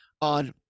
on